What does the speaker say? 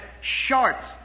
shorts